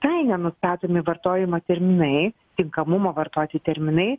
visai nustatomi vartojimo terminai tinkamumo vartoti terminai